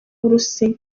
uburusiya